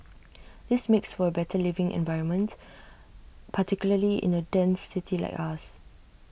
this makes for A better living environment particularly in A dense city like us